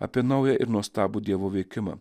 apie naują ir nuostabų dievo veikimą